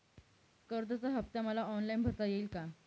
कर्जाचा हफ्ता मला ऑनलाईन भरता येईल का?